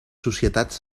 societats